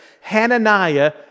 Hananiah